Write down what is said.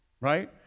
right